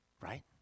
Right